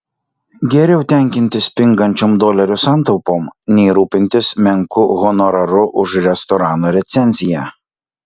geriau tenkintis pingančiom dolerių santaupom nei rūpintis menku honoraru už restorano recenziją